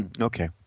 Okay